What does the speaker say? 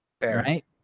right